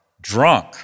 drunk